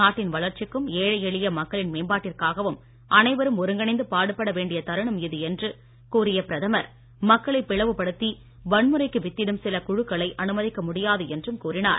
நாட்டின் வளர்ச்சிக்கும் ஏழை எளிய மக்களின் மேம்பாட்டிற்காகவும் அனைவரும் ஒருங்கிணைந்து பாடுபட வேண்டிய தருணம் இது என்று கூறிய பிரதமர் மக்களை பிளவுபடுத்தி வன்முறைக்கு வித்திடும் சில குழுக்களை அனுமதிக்க முடியாது என்றும் கூறினார்